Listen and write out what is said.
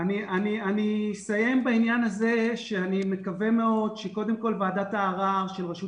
אני אסיים בעניין הזה שאני מקווה מאוד שקודם כל ועדת הערר של רשות